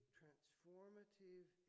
transformative